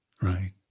Right